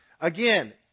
Again